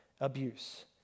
Abuse